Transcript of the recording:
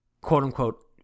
quote-unquote